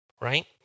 right